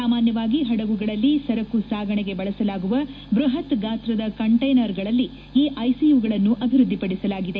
ಸಾಮಾನ್ಯವಾಗಿ ಪಡಗುಗಳಲ್ಲಿ ಸರಕು ಸಾಗಣೆಗೆ ಬಳಸಲಾಗುವ ಬೃಹತ್ ಗಾತ್ರದ ಕಂಟೈನರುಗಳಲ್ಲಿ ಈ ಐಸಿಯುಗಳನ್ನು ಅಭಿವೃದ್ದಿಪಡಿಸಲಾಗಿದೆ